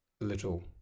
little